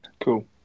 Cool